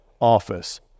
office